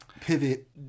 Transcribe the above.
pivot